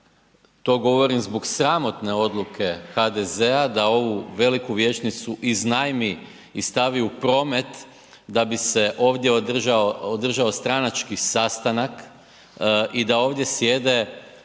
To govorim zbog sramotne odluke HDZ-a da ovu veliku vijećnicu iznajmi i stavi u promet da bi se ovdje održao stranački sastanak i da ovdje sjede